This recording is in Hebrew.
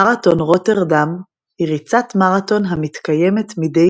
מרתון רוטרדם היא ריצת מרתון המתקיימת מדי